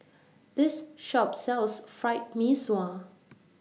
This Shop sells Fried Mee Sua